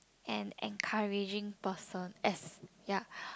and encouraging person as ya